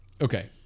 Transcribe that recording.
okay